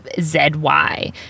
Z-Y